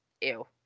Ew